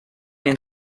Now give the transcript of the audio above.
and